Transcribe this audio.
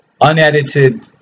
unedited